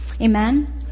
Amen